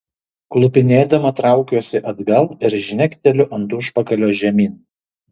klupinėdama traukiuosi atgal ir žnekteliu ant užpakalio žemyn